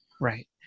Right